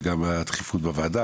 וגם הדחיפות בוועדה,